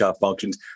functions